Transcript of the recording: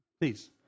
Please